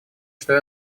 что